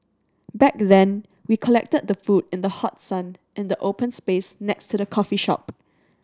back then we collected the food in the hot sun in the open space next to the coffee shop